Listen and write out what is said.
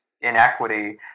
inequity